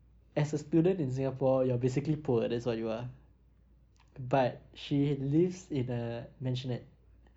as a student in singapore you're basically poor that's what you are but she lives in a maisonette